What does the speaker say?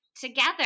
together